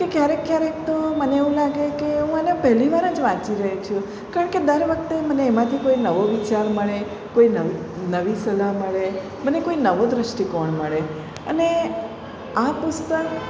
કે ક્યારેક ક્યારેક તો મને એવું લાગે કે હું આને પહેલી વાર જ વાંચી રહી છું કારણ કે દર વખતે મને એમાંથી કોઈ નવો વિચાર મળે કોઈ નવી સલાહ મળે મને કોઈ નવો દૃષ્ટિકોણ મળે અને આ પુસ્તક